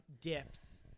dips